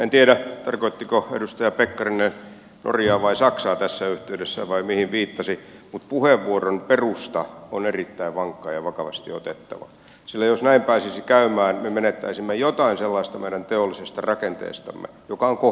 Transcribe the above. en tiedä tarkoittiko edustaja pekkarinen norjaa vai saksaa tässä yhteydessä vai mihin viittasi mutta puheenvuoron perusta on erittäin vankka ja vakavasti otettava sillä jos näin pääsisi käymään me menettäisimme jotain sellaista meidän teollisesta rakenteestamme joka on kohtalokasta